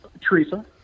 Teresa